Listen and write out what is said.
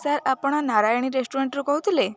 sir ଆପଣ ନାରାୟଣୀ ରେଷ୍ଟୁରାଣ୍ଟରୁ କହୁଥିଲେ